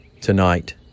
tonight